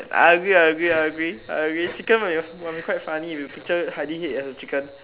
I agree I agree I agree I agree chicken would be would be quite funny if you picture Heidi head as the chicken